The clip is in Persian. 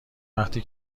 وقتی